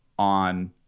on